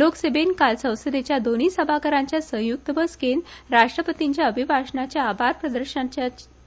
लोकसभेन काल संसदेच्या दोन्य सभाघराच्या संयुक्त बसकेत राष्ट्रपतींच्या अभिभाषणाच्या आभार